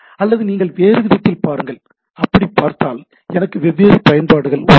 அல்லது நீங்கள் வேறு விதத்தில் பாருங்கள் அப்படி பார்த்தால் எனக்கு வெவ்வேறு பயன்பாடுகள் உள்ளன